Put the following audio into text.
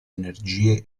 energie